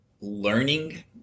learning